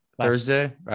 Thursday